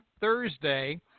Thursday